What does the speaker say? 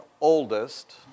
oldest